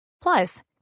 plus